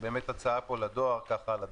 זו באמת הצעה פה לדואר על הדרך.